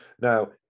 Now